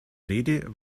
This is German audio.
rede